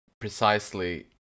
Precisely